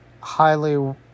highly